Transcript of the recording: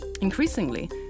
Increasingly